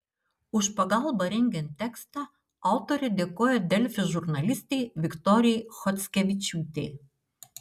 už pagalbą rengiant tekstą autorė dėkoja delfi žurnalistei viktorijai chockevičiūtei